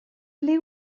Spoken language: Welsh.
ble